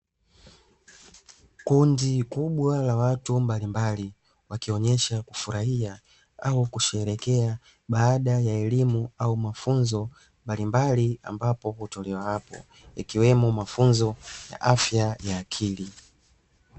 Kundi Kubwa la watu mbalimbali wakionyesha kufurahia au kusherehekea baada ya elimu au mafunzo mbalimbali, ambapo hutolewa hapo ikiwemo mafunzo ya afya ya akili